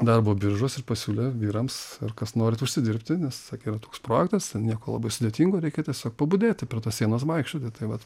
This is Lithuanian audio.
darbo biržos ir pasiūlė vyrams ar kas norit užsidirbti nes yra toks projektas ten nieko labai sudėtingo reikia tiesiog pabudėti prie tos sienos vaikščioti tai vat